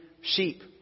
sheep